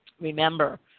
Remember